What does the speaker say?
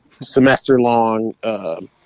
Semester-long